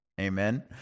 Amen